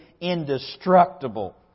indestructible